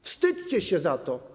Wstydźcie się za to.